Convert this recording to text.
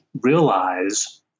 realize